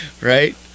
Right